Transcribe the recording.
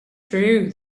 true